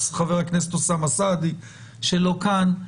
חבר הכנסת אוסאמה סעדי שלא כאן.